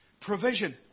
provision